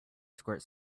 squirt